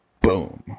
boom